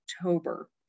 October